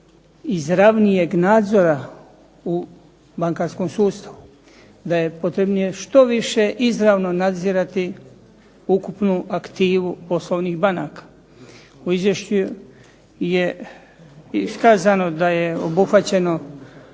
izravnijeg nadzora u bankarskom sustavu, da je potrebnije što više izravno nadzirati ukupnu aktivu poslovnih banaka. U Izvješću je iskazano da je obuhvaćeno